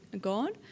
God